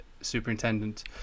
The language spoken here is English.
superintendent